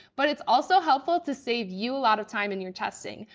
but it's also helpful to save you a lot of time in your testing.